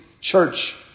church